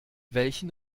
welchen